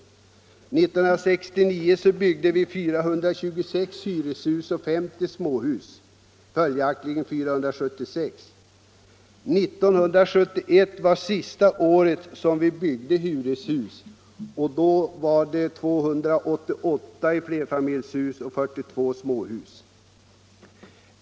1969 byggde vi 426 hyreshus och 50 småhus, således 476 bostadsenheter. 1971 var sista året som vi byggde hyreshus — 288 flerfamiljshus och 42 småhus.